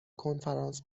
کنفرانس